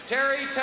Terry